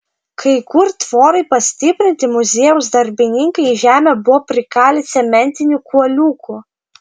kai kur tvorai pastiprinti muziejaus darbininkai į žemę buvo prikalę cementinių kuoliukų